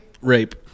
Rape